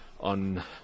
On